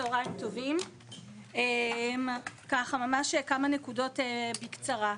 צהרים טובים, כמה נקודות בקצרה.